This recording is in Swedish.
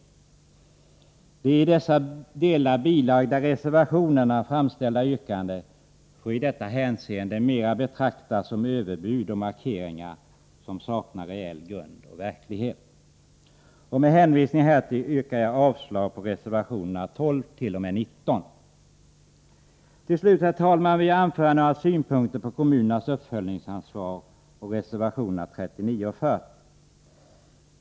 De framställda yrkandena i de i dessa delar bilagda reservationerna får i detta hänseende mer betraktas som överbud och markeringar som saknar reell grund och verklighet. Med hänvisning härtill yrkar jag avslag på reservationerna 12-19. Till slut, herr talman, vill jag anföra några synpunkter på kommunernas uppföljningsansvar och reservationerna 39 och 40.